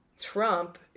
Trump